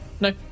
No